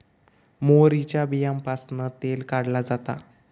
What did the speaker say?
मोहरीच्या बीयांपासना तेल काढला जाता